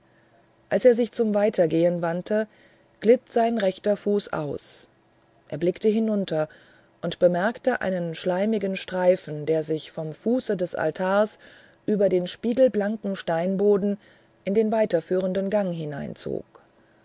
als er sich zum weitergehen wandte glitt sein rechter fuß aus er blickte hinunter und bemerkte einen schleimigen streifen der sich vom fuße des altars über den spiegelblanken steinboden in den weiterführenden gang hineinzog